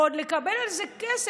ועוד לקבל על זה כסף,